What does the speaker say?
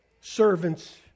servants